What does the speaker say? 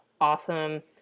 awesome